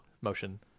motion